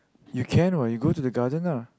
you can what you go to the garden lah